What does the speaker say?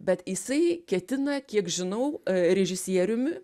bet jisai ketina kiek žinau režisieriumi